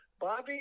Bobby